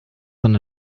than